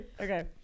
Okay